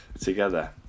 together